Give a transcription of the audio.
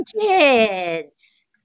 kids